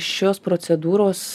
šios procedūros